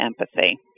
empathy